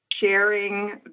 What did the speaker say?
sharing